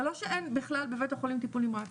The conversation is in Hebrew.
זה לא שאין בכלל בבית החולים טיפול נמרץ,